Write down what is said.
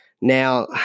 Now